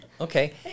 Okay